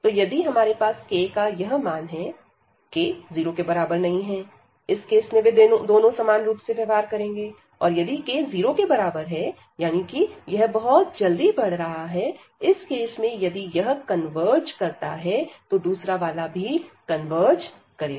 तो यदि हमारे पास k का यह मान है k≠0इस केस में वे दोनों समान रूप से व्यवहार करेंगे और यदि k0 है यानी कि यह बहुत जल्दी बढ़ रहा है इस केस में यदि यह कन्वर्ज करता है तो दूसरा वाला भी कन्वर्ज करेगा